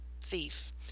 thief